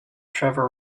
trevor